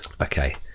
Okay